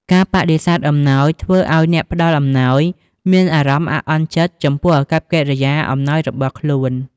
ការបដិសេធអំណោយអាចធ្វើឲ្យអ្នកផ្តល់អំណោយមានអារម្មណ៍អាក់អន់ចិត្តចំពោះអាកប្បកិយាអំណោយរបស់ខ្លួន។